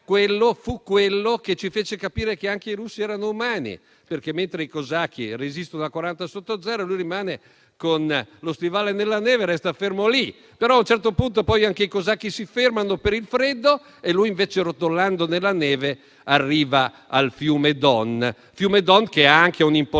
case. Ebbene, Popoff ci fece capire che anche i russi erano umani, perché, mentre i cosacchi resistono a quaranta sotto zero, lui rimane con lo stivale nella neve e resta fermo lì. Però a un certo punto anche i cosacchi si fermano per il freddo e lui invece, rotolando della neve, arriva al fiume Don, che ha anche un'importanza